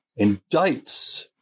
indicts